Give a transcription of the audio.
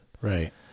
Right